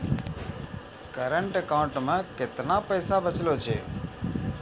Current account मे केतना पैसा बचलो छै?